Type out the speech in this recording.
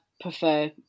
prefer